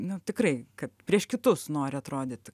nu tikrai kad prieš kitus nori atrodyti